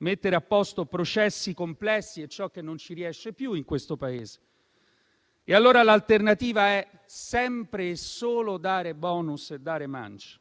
mettere a posto processi complessi ed è ciò che non si riesce più a fare in questo Paese. E allora l'alternativa è sempre e solo dare *bonus* e mance: